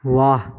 वाह